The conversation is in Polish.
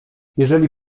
jeżeli